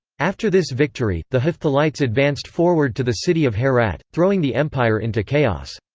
after this victory, the hephthalites advanced forward to the city of herat, throwing the empire into chaos.